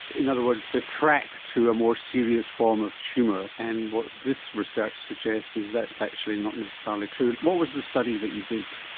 in other words, the track to a more serious form of tumour. and what this research suggests is that's actually not necessarily true. what was the study that you did?